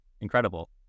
incredible